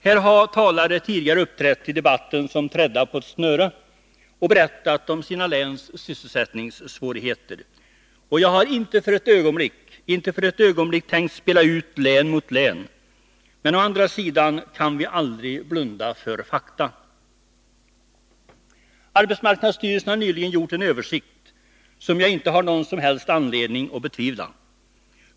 Här har talare tidigare uppträtt i debatten som trädda på ett snöre och berättat om sina läns sysselsättningssvårigheter. Jag har inte för ett ögonblick tänkt spela ut län mot län, men å andra sidan kan vi aldrig blunda för fakta. AMS har nyligen gjort en översikt som jag inte har någon som helst anledning att betvivla.